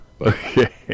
Okay